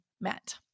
met